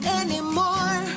anymore